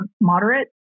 moderate